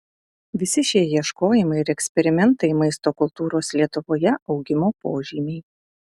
visi šie ieškojimai ir eksperimentai maisto kultūros lietuvoje augimo požymiai